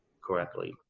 correctly